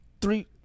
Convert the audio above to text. three